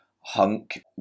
hunk